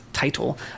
Title